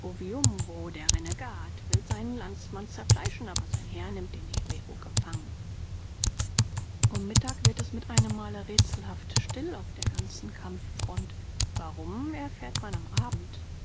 der renegat will seinen landsmann zerfleischen aber sein herr nimmt den herero gefangen um mittag wird es mit einem male rätselhaft still auf der ganzen kampffront warum erfährt man am abend